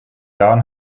jahren